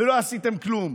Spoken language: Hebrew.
ולא עשיתם כלום?